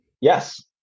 Yes